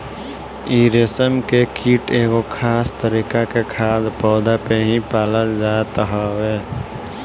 इ रेशम के कीट एगो खास तरीका के खाद्य पौधा पे ही पालल जात हवे